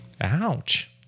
Ouch